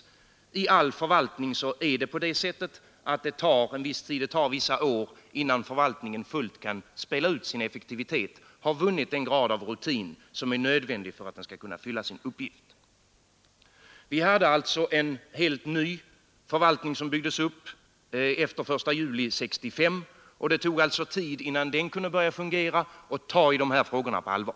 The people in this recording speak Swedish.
För all förvaltning tar det vissa år innan den fullt kan spela ut sin effektivitet, innan den fått den grad av rutin som är nödvändig för att apparaten skall kunna fylla sin uppgift. Vi hade alltså en helt ny förvaltning, uppbyggd efter den 1 juli 1965, och det tog tid innan den kunde börja fungera och ta i de här frågorna på allvar.